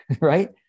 right